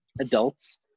adults